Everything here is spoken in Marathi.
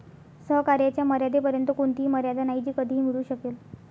सहकार्याच्या मर्यादेपर्यंत कोणतीही मर्यादा नाही जी कधीही मिळू शकेल